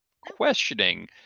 questioning